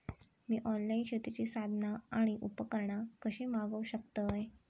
मी online शेतीची साधना आणि उपकरणा कशी मागव शकतय?